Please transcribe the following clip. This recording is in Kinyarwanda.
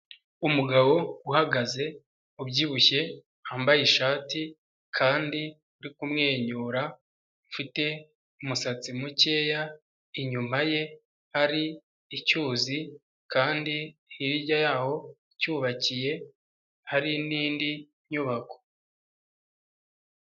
Umugabo uhagaze, ubyibushye, wambaye ishati kandi uri kumwenyura, ufite umusatsi mukeya, inyuma ye hari icyuzi kandi hirya yaho cyubakiye hari n'indi nyubako.